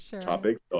topics